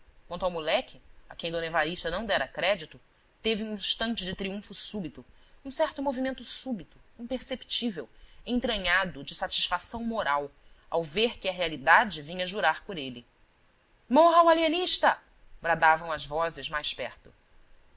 quanto ao moleque a quem d evarista não dera crédito teve um instante de triunfo súbito imperceptível entranhado de satisfação moral ao ver que a realidade vinha jurar por ele morra o alienista bradavam as vozes mais perto